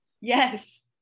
yes